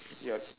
ya